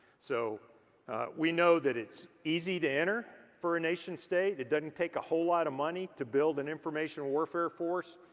so we know that it's easy to enter for a nation-state. it doesn't take a whole lot of money to build an information warfare force.